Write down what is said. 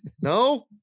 No